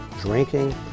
drinking